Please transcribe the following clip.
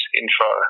info